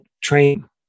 train